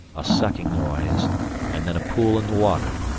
a sucking noise and then a pool in the water,